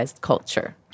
culture